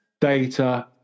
data